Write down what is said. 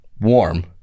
warm